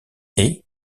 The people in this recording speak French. est